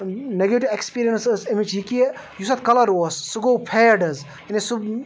negative experience ٲس اَمِچ یہِ کہ یُس اَتھ کَلَر اوس سُہ گوٚو فیڈ حظ یعنی سُہ